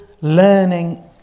learning